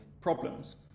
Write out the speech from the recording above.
problems